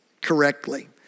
correctly